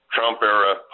Trump-era